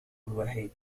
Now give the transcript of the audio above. الوحيد